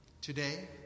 Today